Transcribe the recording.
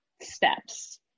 steps